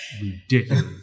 ridiculous